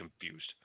confused